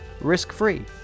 risk-free